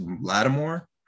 Lattimore